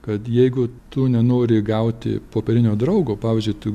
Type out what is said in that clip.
kad jeigu tu nenori gauti popierinio draugo pavyzdžiui tu